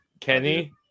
Kenny